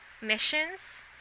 missions